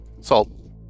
Salt